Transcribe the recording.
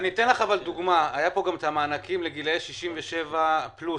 לדוגמא, היו המענקים לגילאי 67 פלוס.